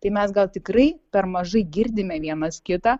tai mes gal tikrai per mažai girdime vienas kitą